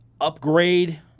upgrade